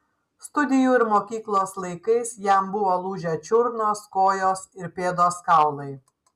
studijų ir mokyklos laikais jam buvo lūžę čiurnos kojos ir pėdos kaulai